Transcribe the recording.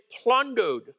plundered